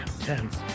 tense